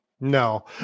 no